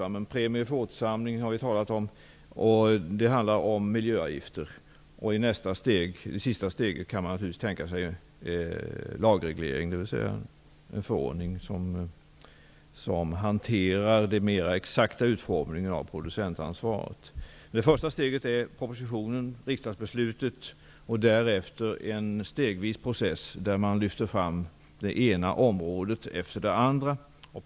Vi har talat om premierna för återinsamlingen, och det handlar också om miljöavgifter. Som ett sista steg kan man naturligtvis tänka sig en lagreglering, dvs. en förordning om den mera exakta utformningen av producentansvaret. Första steget är propositionen och riksdagsbeslutet, och därefter blir det en stegvis process, där man lyfter fram det ena området efter det andra.